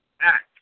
Act